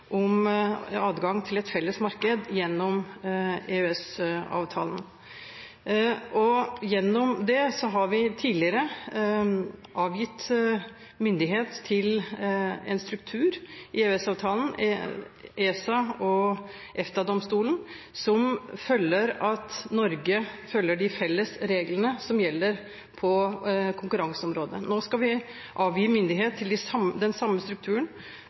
om adgang til et felles marked gjennom EØS-avtalen. Gjennom den har vi tidligere avgitt myndighet til en struktur – EØS-avtalen, ESA og EFTA-domstolen – som følger med på at Norge følger de felles reglene som gjelder på konkurranseområdet. Nå skal vi avgi myndighet til den samme strukturen